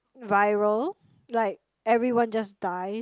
viral like everyone just die